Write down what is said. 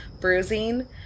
bruising